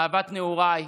אהבת נעוריי,